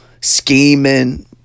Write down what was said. scheming